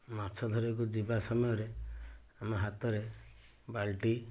ମାଛ ଧରିବାକୁ ଯିବା ସମୟରେ ଆମେ ହାତରେ ବାଲ୍ଟି